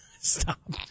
Stop